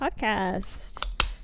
podcast